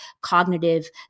cognitive